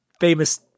famous